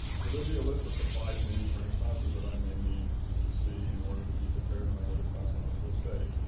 there be list of supplies needed for any classes that i may need to see in order to be prepared when i go to class on the first day?